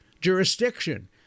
jurisdiction